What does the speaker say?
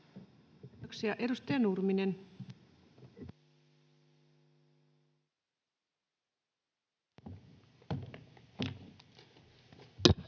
Kiitoksia. — Edustaja Nurminen. [Speech